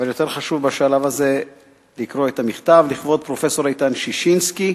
אבל יותר חשוב בשלב הזה לקרוא את המכתב: "לכבוד פרופסור איתן ששינסקי,